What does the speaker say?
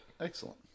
excellent